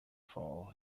fall